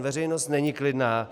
Veřejnost není klidná.